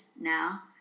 now